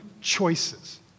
choices